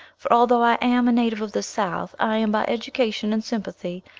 for although i am a native of the south, i am by education and sympathy,